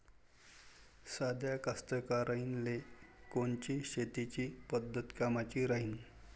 साध्या कास्तकाराइले कोनची शेतीची पद्धत कामाची राहीन?